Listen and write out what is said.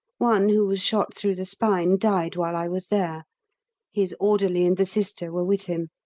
one who was shot through the spine died while i was there his orderly and the sister were with him.